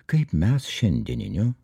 kaip mes šiandieniniu